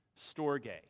storge